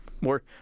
more